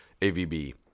AVB